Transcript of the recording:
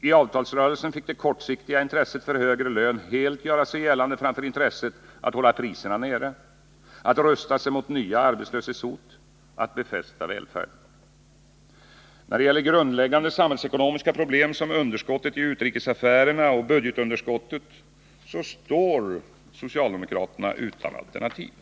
I avtalsrörelsen fick det kortsiktiga intresset för högre lön helt göra sig gällande framför intresset att hålla priserna nere, att rusta sig mot nya arbetslöshetshot och att befästa välfärden. När det gäller grundläggande samhällsekonomiska problem som underskottet i utrikesaffärerna och budgetunderskottet står socialdemokraterna utan alternativ.